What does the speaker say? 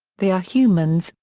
they are humans,